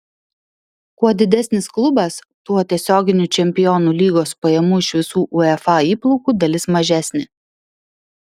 kuo didesnis klubas tuo tiesioginių čempionų lygos pajamų iš visų uefa įplaukų dalis mažesnė